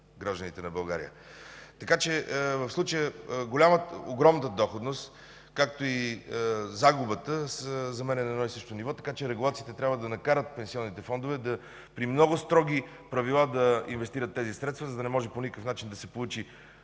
гражданите на България. В случая огромната доходност, както и загубата за мен са на едно и също ниво, така че регулациите трябва да накарат пенсионните фондове при много строги правила да инвестират тези средства, за да не може по никакъв начин да се получи